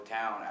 town